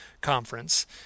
conference